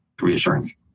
reassurance